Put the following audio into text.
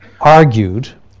argued